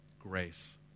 Grace